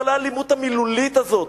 כל האלימות המילולית הזאת,